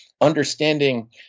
understanding